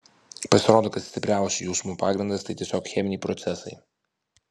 pasirodo kad stipriausių jausmų pagrindas tai tiesiog cheminiai procesai